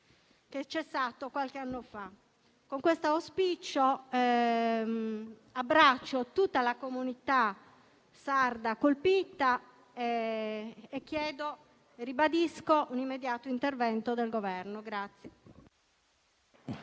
che è cessato qualche anno fa. Con questo auspicio abbraccio tutta la comunità sarda colpita e ribadisco la richiesta di un immediato intervento del Governo.